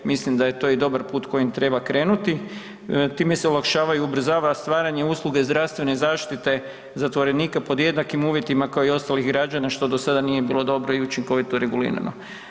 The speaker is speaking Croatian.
Mislim da je to dobar put kojim treba krenuti, time se olakšava i ubrzava stvaranje usluge zdravstvene zaštite zatvorenika pod jednakim uvjetima kao i ostalih građana što do sada nije bilo dobro i učinkovito regulirano.